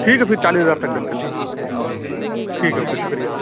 ٹھیک ہے پھر چالیس ہزار تک ڈن کر لیجیے ٹھیک ہے اوکے شُکریہ